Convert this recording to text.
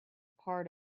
part